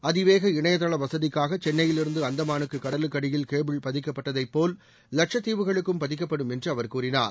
அதிவேக இணையதள வசதிக்காக சென்னையிலிருந்து அந்தமானுக்கு கடலுக்கடியில் கேபிள் பதிக்கப்பட்டதைப்போல் லட்சத்தீவுகளுக்கும் பதிக்கப்படும் என்று அவர் கூறினார்